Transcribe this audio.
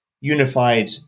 unified